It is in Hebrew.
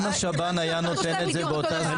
אם השב"ן היה נותן את זה באותה זמינות.